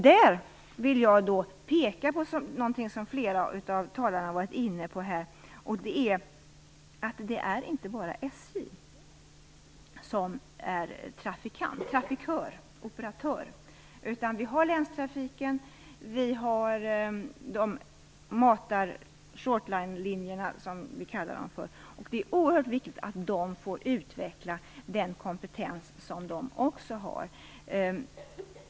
Där vill jag peka på någonting som flera av talarna varit inne på, nämligen att det inte bara är SJ som är operatör. Vi har länstrafiken och shortline-linjerna, som vi kallar dem för. Det är oerhört viktigt att de får utveckla den kompetens som de har.